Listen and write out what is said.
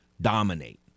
dominate